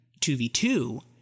2v2